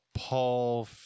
Paul